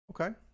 Okay